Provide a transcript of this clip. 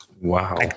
Wow